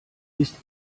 ist